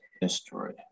history